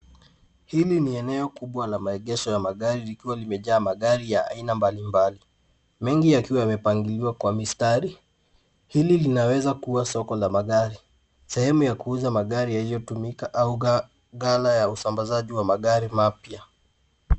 Hili ni eneo kubwa la maegesho ya magari likiwa limejaa magari ya aina mbalimbali, mengi yakiwa yamepangiliwa kwa mistari. Hili linaweza kuwa soko la magari, sehemu ya kuuza magari yaliyotumika au ghala ya usambazaji wa magari mapya.